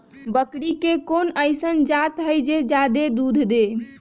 बकरी के कोन अइसन जात हई जे जादे दूध दे?